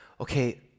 Okay